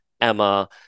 Emma